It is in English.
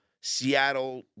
Seattle